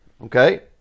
Okay